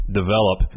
develop